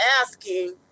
asking